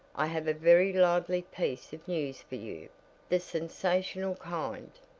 i have a very lively piece of news for you the sensational kind.